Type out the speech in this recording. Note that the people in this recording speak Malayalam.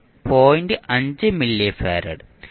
5 മില്ലി ഫാരഡ്